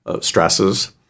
stresses